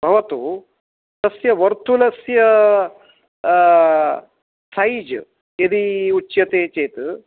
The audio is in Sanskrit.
भवतु तस्य वर्तुलस्य सैज् यदि उच्यते चेत्